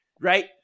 right